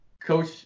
Coach